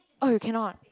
oh you cannot